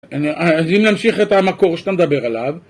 אז אם נמשיך את המקור שאתה מדבר עליו